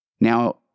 Now